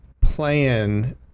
plan